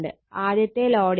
ആദ്യത്തെ ലോഡിന്റെ power factor 0